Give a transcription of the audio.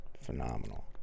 phenomenal